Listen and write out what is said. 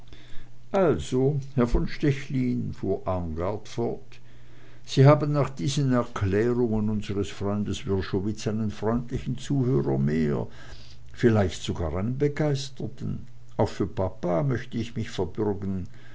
also herr von stechlin fuhr armgard fort sie haben nach diesen erklärungen unsers freundes wrschowitz einen freundlichen zuhörer mehr vielleicht sogar einen begeisterten auch für papa möcht ich mich verbürgen